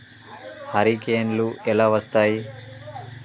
హరికేన్లు ఎలా వస్తాయి?